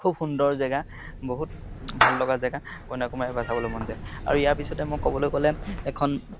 খুব সুন্দৰ জেগা বহুত ভাল লগা জেগা কন্য়াকুমাৰী এবাৰ চাবলৈ মন যায় আৰু ইয়াৰ পিছতে মই ক'বলৈ গ'লে এখন